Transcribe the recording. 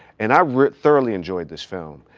and i thoroughly enjoyed this film,